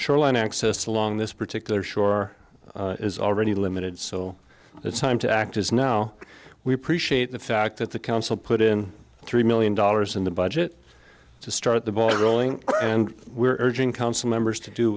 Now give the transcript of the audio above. shoreline access along this particular shore is already limited so it's time to act is now we appreciate the fact that the council put in three million dollars in the budget to start the ball rolling and we're urging council members to do